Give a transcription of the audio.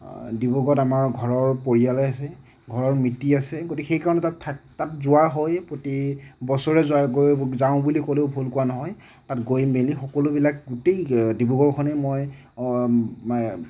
ডিব্ৰুগড়ত আমাৰ ঘৰৰ পৰিয়ালে আছে ঘৰৰ মিতিৰ আছে গতিকে সেইকাৰণে তাত থাক তাত যোৱা হয় প্ৰতি বছৰে যোৱা গৈ যাওঁ বুলি ক'লেও ভুল কোৱা নহয় তাত গৈ মেলি সকলোবিলাক গোটেই ডিব্ৰুগড়খনে মই